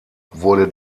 wurde